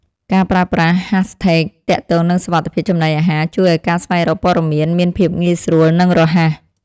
ការប្រើប្រាស់ ហាសថេក ទាក់ទងនឹងសុវត្ថិភាពចំណីអាហារជួយឱ្យការស្វែងរកព័ត៌មានមានភាពងាយស្រួលនិងរហ័ស។